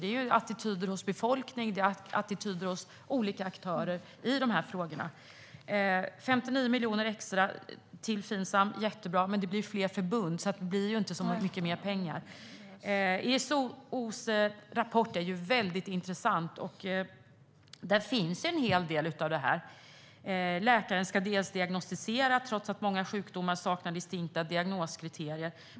Det handlar om attityder hos befolkningen och hos olika aktörer i de här frågorna. 59 miljoner extra till Finsam är jättebra. Men det blir fler förbund, så det blir inte så mycket mer pengar. ESO:s rapport är intressant. Där finns en hel del av detta. Läkaren ska diagnostisera, trots att många sjukdomar saknar distinkta diagnoskriterier.